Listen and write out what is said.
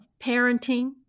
parenting